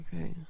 okay